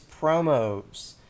promos